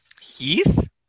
Heath